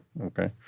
Okay